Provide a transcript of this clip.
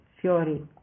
fury